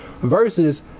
versus